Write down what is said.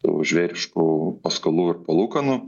tų žvėriškų paskolų ir palūkanų